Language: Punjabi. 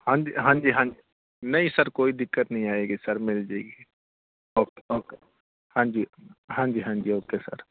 ਹਾਂਜੀ ਹਾਂਜੀ ਹਾਂ ਨਹੀਂ ਸਰ ਕੋਈ ਦਿੱਕਤ ਨਹੀਂ ਆਏਗੀ ਸਰ ਮਿਲ ਜੇਗੀ ਓਕੇ ਓਕੇ ਹਾਂਜੀ ਹਾਂਜੀ ਹਾਂਜੀ ਓਕੇ ਸਰ